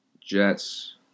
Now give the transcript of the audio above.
Jets